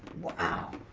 wow.